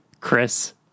Chris